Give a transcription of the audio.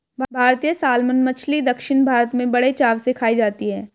भारतीय सालमन मछली दक्षिण भारत में बड़े चाव से खाई जाती है